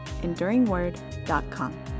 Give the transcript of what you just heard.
EnduringWord.com